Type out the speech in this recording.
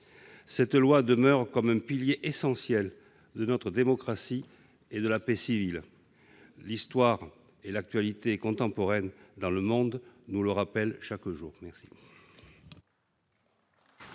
Cette loi demeure un pilier essentiel de notre démocratie et de la paix civile. L'histoire et l'actualité contemporaines nous le rappellent chaque jour.